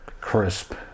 crisp